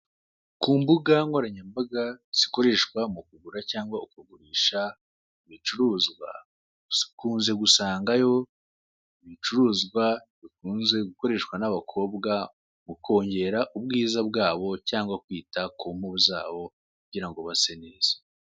Ku mbuga nkoranyambaga zikoresha mu kugura cyangwa kugurisha ibicuruzwa, dukunze gusangayo ibicuruzwa bikunze gukoreshwa n'abakobwa bikongera ubwiza bwabo, cyangwa kwita ku mpu zabo kugira ngo base neza.